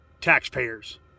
taxpayers